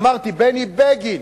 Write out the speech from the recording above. אמרתי: בני בגין,